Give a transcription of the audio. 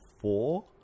four